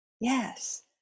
Yes